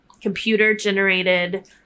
computer-generated